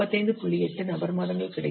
8 நபர் மாதங்கள் கிடைக்கும்